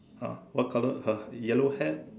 !huh! what colour her yellow hat